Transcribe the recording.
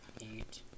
eat